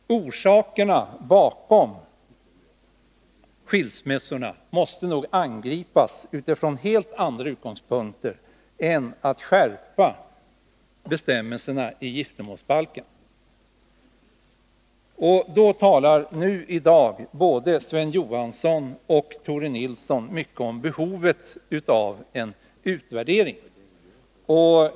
Orsakerna bakom skilsmässorna måste nog angripas utifrån helt andra utgångspunkter. I dag talar både Sven Johansson och Tore Nilsson mycket om behovet av en utvärdering.